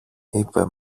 είπε